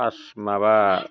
हासि माबा